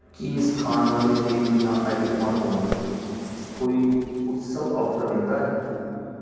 ਕੀ ਇਸ ਖਾਣ ਵਾਲੇ ਤੇਲ ਦੀਆਂ ਆਈਟਮਾਂ 'ਤੇ ਕੋਈ ਉਤਸਵ ਆਫ਼ਰ ਮਿਲਦਾ ਹੈ